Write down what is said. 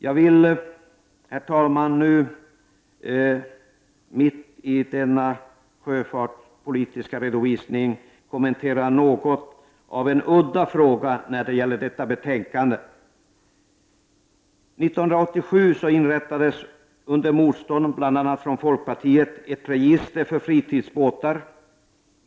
Jag vill, herr talman, mitt i denna sjöfartspolitiska redovisning kommentera en något udda fråga i detta betänkande. 1987 inrättades under motstånd från bl.a. folkpartiet ett register för fritidsbåtar.